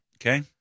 Okay